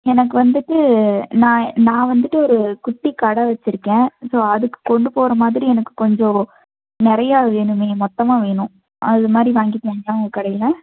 எனக்கு வந்துட்டு நான் நான் வந்துட்டு ஒரு குட்டி கடை வெச்சுருக்கேன் ஸோ அதுக்கு கொண்டு போகிற மாதிரி எனக்கு கொஞ்சம் நிறையா வேணுமே மொத்தமாக வேணும் அது மாதிரி வாங்கிப்பீங்களா உங்கள் கடையில்